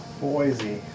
Boise